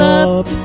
up